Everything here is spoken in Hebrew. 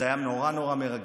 זה היה מאוד מאוד מרגש.